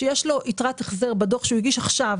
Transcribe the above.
שיש לו יתרת החזר בדוח שהוא הגיש עכשיו,